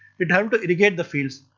it help to irrigate the fields.